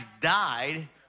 died